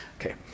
Okay